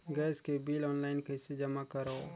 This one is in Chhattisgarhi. गैस के बिल ऑनलाइन कइसे जमा करव?